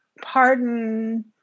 pardon